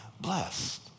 blessed